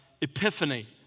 epiphany